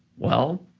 well,